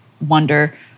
wonder